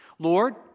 Lord